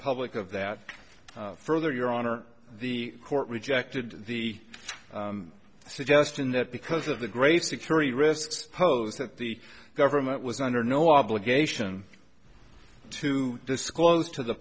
public of that further your honor the court rejected the suggestion that because of the great security risks posed that the government was under no obligation to disclose to the